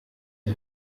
der